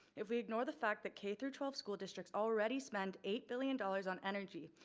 if we ignore the fact that k through twelve school districts already spend eight billion dollars on energy,